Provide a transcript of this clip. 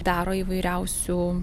daro įvairiausių